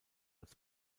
als